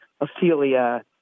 Ophelia